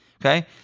Okay